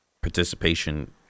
participation